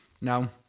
Now